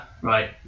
Right